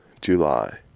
July